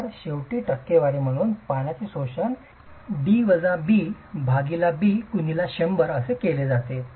तर शेवटी टक्केवारी म्हणून पाण्याचे शोषण D वजा B B गुणीला 100 केले जाते